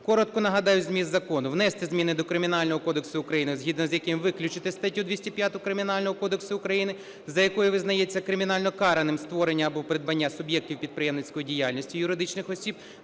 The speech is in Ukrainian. Коротко нагадаю зміст закону. Внести зміни до Кримінального кодексу України, згідно з яким виключити статтю 205 Кримінального кодексу України, за якою визнається кримінально караним створення або придбання суб'єктів підприємницької діяльності юридичних осіб